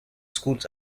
schools